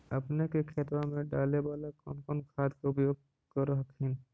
अपने के खेतबा मे डाले बाला कौन कौन खाद के उपयोग कर हखिन?